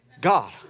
God